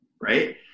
Right